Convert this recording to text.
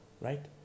Right